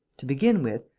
to begin with,